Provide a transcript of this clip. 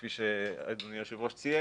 כפי שאדוני היושב ראש ציין,